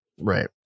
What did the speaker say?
Right